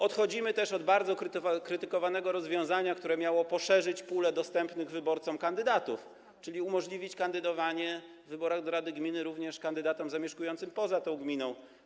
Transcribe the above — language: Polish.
Odchodzimy też od bardzo krytykowanego rozwiązania, które miało zwiększyć pulę dostępnych wyborcom kandydatów, czyli umożliwić kandydowanie w wyborach do rady gminy również kandydatom zamieszkującym poza daną gminą.